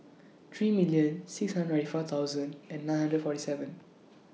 three million six hundred ninety four thousand and nine hundred forty seven